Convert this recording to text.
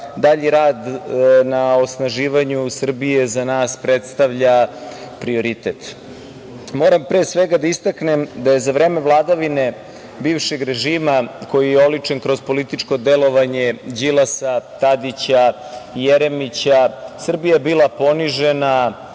dalji rad na osnaživanju Srbije, za nas predstavlja prioritet. Moram, pre svega da istaknem da je za vreme vladavine bivšeg režima, koji je oličen kroz političko delovanje Đilasa, Tadića, Jeremića, Srbija bila ponižena,